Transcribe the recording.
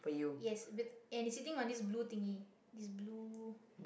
yes with and he's sitting on this blue thingy this blue